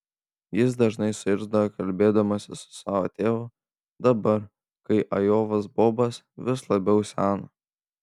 jis dažnai suirzdavo kalbėdamasis su savo tėvu dabar kai ajovos bobas vis labiau seno